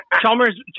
Chalmers